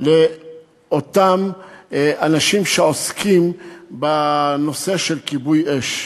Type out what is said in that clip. לאותם אנשים שעוסקים בנושא של כיבוי אש.